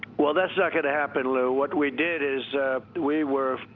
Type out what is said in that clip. well, that's not going to happen, lou. what we did is we were,